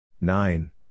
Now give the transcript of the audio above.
Nine